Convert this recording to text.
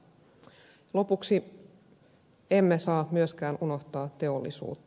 lopuksi emme saa myöskään unohtaa teollisuutta